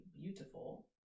beautiful